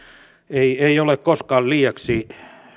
ja ei ole koskaan liiaksi